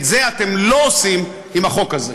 את זה אתם לא עושים עם החוק הזה.